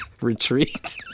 retreat